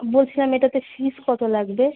বলছিলাম এটাতে ফিস কত লাগবে